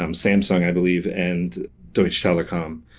um samsung, i believe, and deutsche telekom.